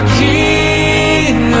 king